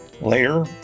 Later